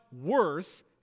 worse